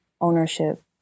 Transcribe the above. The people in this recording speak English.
ownership